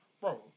bro